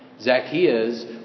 Zacchaeus